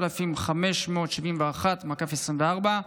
פ/3571/24.